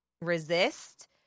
resist